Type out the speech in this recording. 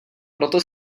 proto